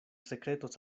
sekretos